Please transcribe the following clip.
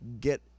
get